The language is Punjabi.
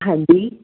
ਹਾਂਜੀ